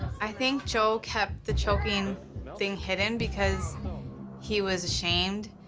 i think joe kept the choking thing hidden because he was ashamed.